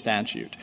statute